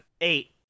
Eight